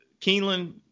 Keeneland